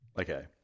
Okay